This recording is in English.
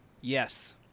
Yes